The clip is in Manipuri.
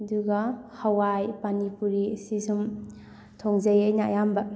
ꯑꯗꯨꯒ ꯍꯋꯥꯏ ꯄꯥꯅꯤꯄꯨꯔꯤ ꯁꯤꯁꯨꯝ ꯊꯣꯡꯖꯩ ꯑꯩꯅ ꯑꯌꯥꯝꯕ